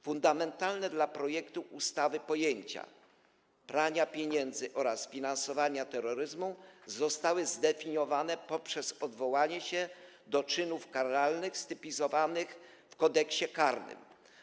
Fundamentalne dla projektu ustawy pojęcia prania pieniędzy oraz finansowania terroryzmu zostały zdefiniowane poprzez odwołanie się do czynów karalnych stypizowanych w Kodeksie karnym.